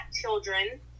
children